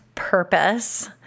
Purpose